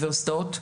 אותה.